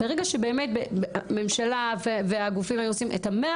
ברגע שהממשלה והגופים היו עושים את ה-100